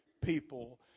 people